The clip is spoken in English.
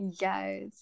Yes